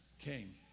came